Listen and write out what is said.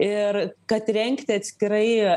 ir kad rengti atskirai